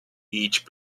each